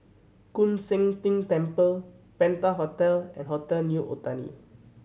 Koon Seng Ting Temple Penta Hotel and Hotel New Otani